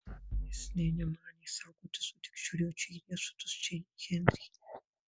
jis nė nemanė saugotis o tik žiūrėjo čia į riešutus čia į henrį